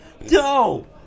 No